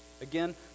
Again